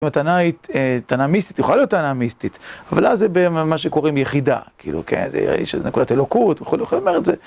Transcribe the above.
והטענה היא ט... טענה מיסטית. יכולה להיות טענה מיסטית. אבל אז זה ב... מ... מה שקוראים יחידה, כאילו, כן, זה יש נקודת אלוקות וכו' וכו' זאת אומרת, זה...